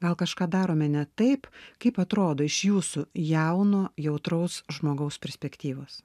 gal kažką darome ne taip kaip atrodo iš jūsų jauno jautraus žmogaus perspektyvos